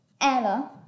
Ella